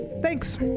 thanks